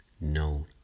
known